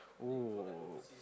oh